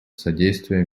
содействие